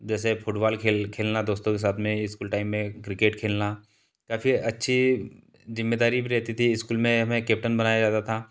जैसे फुटबाल खेल खेलना दोस्तों के साथ में स्कूल टाइम में क्रिकेट खेलना काफ़ी अच्छी जिम्मेदारी भी रहती थी स्कूल में हमें केप्टन बनाया जाता था